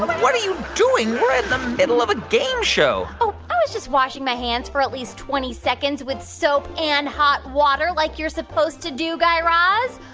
what are you doing? we're in the middle of a game show oh, i was just washing my hands for at least twenty seconds with soap and hot water, like you're supposed to do, guy raz.